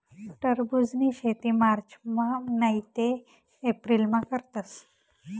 टरबुजनी शेती मार्चमा नैते एप्रिलमा करतस